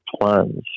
plunge